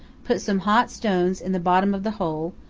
put some hot stones in the bottom of the hole,